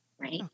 right